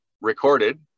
recorded